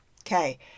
Okay